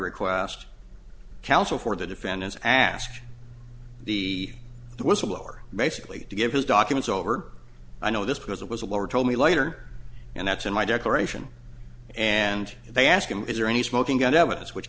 request counsel for the defendants asked the whistleblower basically to give his documents over i know this because it was a lawyer told me later and that's in my declaration and they asked him is there any smoking gun evidence which